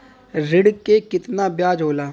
ऋण के कितना ब्याज होला?